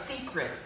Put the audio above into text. secret